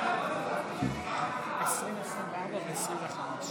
הסתייגות 15 לא נתקבלה.